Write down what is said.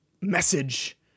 message